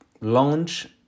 launch